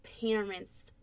parents